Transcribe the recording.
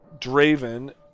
Draven